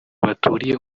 baturiye